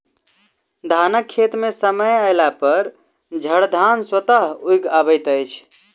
धानक खेत मे समय अयलापर झड़धान स्वतः उगि अबैत अछि